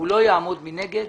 לא יעמוד מנגד.